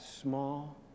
small